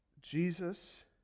Jesus